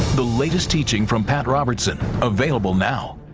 the latest teaching from pat robertson, available now.